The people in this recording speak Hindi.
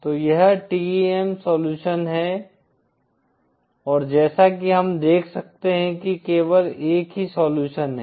तो यह TEM सोल्युशन है और जैसा कि हम देख सकते हैं कि केवल एक ही सोल्युशन है